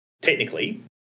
technically